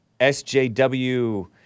SJW